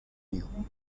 migrants